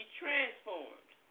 transformed